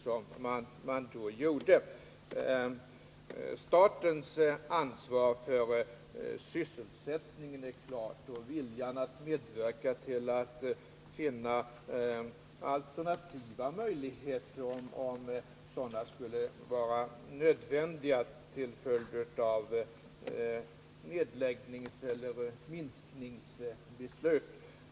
Det är klart att staten har ansvar för sysselsättningen, och viljan finns också att skapa alternativ produktion, om en sådan skulle vara nödvändig till följd av beslut om nedläggning eller minskning av driften.